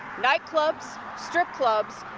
nightclubs, strip clubs,